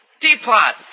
Teapot